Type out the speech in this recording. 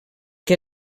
que